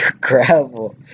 gravel